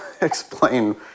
explain